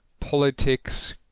Politics